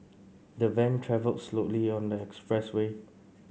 the van travelled slowly on the expressway